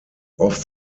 off